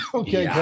okay